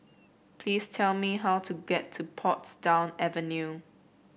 please tell me how to get to Portsdown Avenue